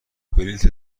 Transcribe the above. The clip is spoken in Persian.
بلیت